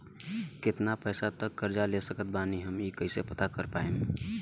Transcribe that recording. केतना पैसा तक कर्जा ले सकत बानी हम ई कइसे पता कर पाएम?